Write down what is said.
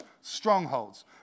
strongholds